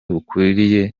bukwiriye